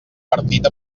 partit